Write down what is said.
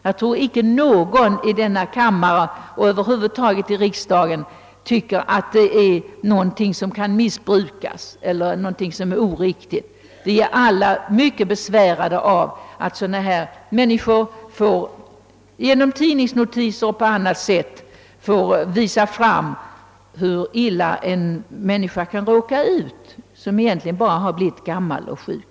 Jag tror icke att någon över huvud taget i riksdagen tycker att den reformen kan missbrukas eller är oriktig. Vi är alla mycket besvärade av att dessa personer i tidningsnotiser och på annat sätt nödgas visa fram hur illa en människa kan råka ut som egentligen bara har blivit gammal och sjuk.